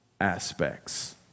aspects